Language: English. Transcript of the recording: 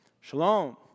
Shalom